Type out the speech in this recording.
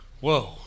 whoa